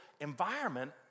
environment